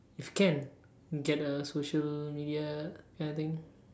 if can get her social media kind of thing